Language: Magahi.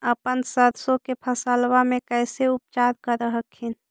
अपन सरसो के फसल्बा मे कैसे उपचार कर हखिन?